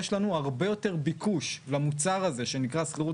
יש לנו הרבה יותר ביקוש למוצר הזה שנקרא שכירות